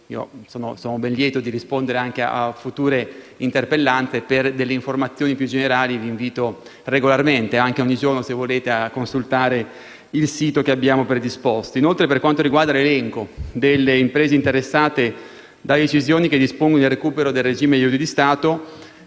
Sono ben lieto di rispondere a future interpellanze per informazioni più generali. Vi invito regolarmente, anche ogni giorno se volete, a consultare il sito che abbiamo predisposto. Inoltre, per quanto riguarda l'elenco delle imprese interessate dalle decisioni che dispongono il recupero del regime degli aiuti di Stato,